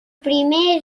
primer